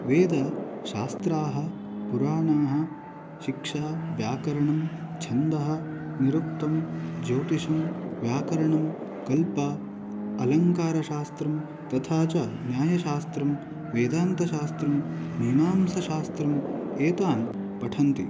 वेद शास्त्राः पुराणाः शिक्षा व्याकरणं छन्दः निरुक्तं ज्यौतिषं व्याकरणं कल्प अलङ्कारशास्त्रं तथा च न्यायशास्त्रं वेदान्तशास्त्रं मीमांसाशास्त्रं एतान् पठन्ति